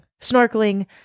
snorkeling